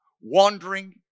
wandering